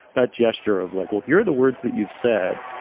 that gesture of like we'll hear the words that you've said,